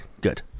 Good